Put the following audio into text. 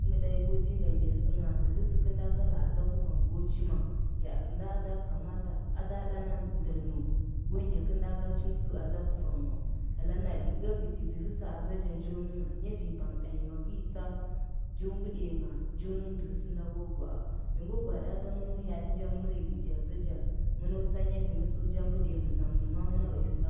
ɚngɚ ɗanyi go dinga ngya sɚngha kɚlnda ka laa atsa guvangha go chima ya sɚnda ada kamata ada ɗa na ndɚr nɚu go ngya kɚlnda ga chimou atsa kuvang wa hyela naɗi nya gɚdi dɚhɚ sɚu atsacha cho nɚngha ngavinyi bangdanyi mago yi tsa jo bɚɗiyangha, ja nɚngh dɚhɚ gɚnda go gwaa mi ngo gwaaɗi ja ada mɚno hyaaɗi mɚno yi gɚdi atsacha mɚno tsa nyavengɚ tsu ja mbɚɗiya mɚn namɚm ma mɚna uya sɚnda